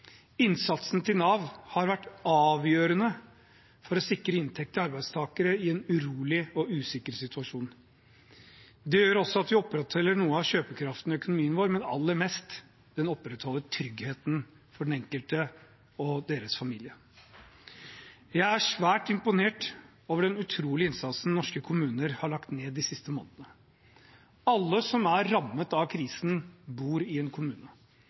Innsatsen til Nav har vært avgjørende for å sikre inntekt til arbeidstakere i en urolig og usikker situasjon. Det gjør også at vi opprettholder noe av kjøpekraften i økonomien vår, men aller mest: Det opprettholder tryggheten for den enkelte og deres familie. Jeg er svært imponert over den utrolige innsatsen norske kommuner har lagt ned de siste månedene. Alle som er rammet av krisen, bor i en kommune